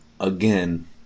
Again